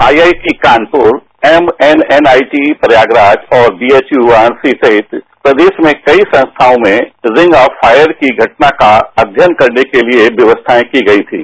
IIT Kanpur MNNIT Prayagraj और BHU IMC सहित प्रदेश में कई संस्थाओं में रिंग आफ फॉयर की घटना का अध्ययन करने के लिए व्यवस्थाए की गई थीं